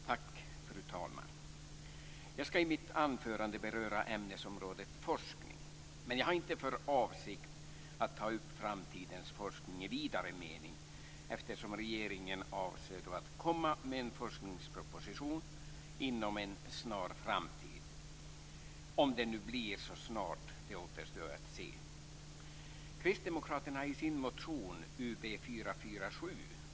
Fru talman! Jag skall i mitt anförande beröra ämnesområdet forskning, men jag har inte för avsikt att ta upp framtidens forskning i vidare mening, eftersom regeringen avser att komma med en forskningsproposition inom en snar framtid. Om det nu blir så snart återstår att se.